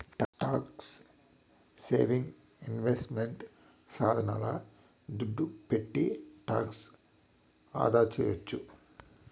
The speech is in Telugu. ట్యాక్స్ సేవింగ్ ఇన్వెస్ట్మెంట్ సాధనాల దుడ్డు పెట్టి టాక్స్ ఆదాసేయొచ్చు